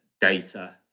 data